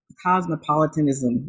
cosmopolitanism